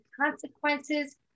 consequences